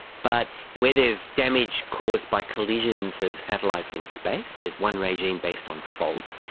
but where there is damage caused by collisions of satellites in space, there's one regime based on fault.